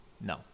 No